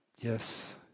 Yes